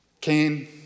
Cain